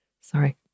Sorry